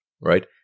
right